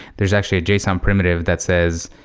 there's actually json primitive that says,